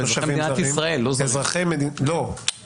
על מדינת ישראל, לא אזרחים זרים.